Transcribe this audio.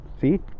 see